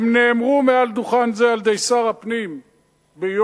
הם נאמרו מעל דוכן זה על-ידי שר הפנים ביושר,